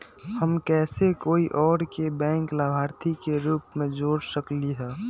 हम कैसे कोई और के बैंक लाभार्थी के रूप में जोर सकली ह?